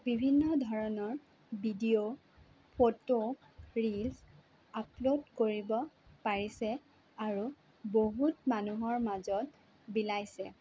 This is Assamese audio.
বিভিন্ন ধৰণৰ ভিডিঅ' ফটো ৰিলছ আপল'ড কৰিব পাৰিছে আৰু বহুত মানুহৰ মাজত বিলাইছে